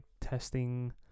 testing